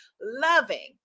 loving